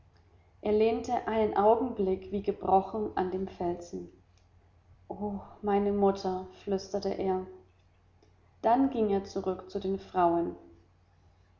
er lehnte einen augenblick wie gebrochen an dem felsen o meine mutter flüsterte er dann ging er zurück zu den frauen